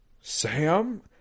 Sam